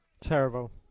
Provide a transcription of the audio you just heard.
Terrible